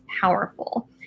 powerful